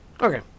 Okay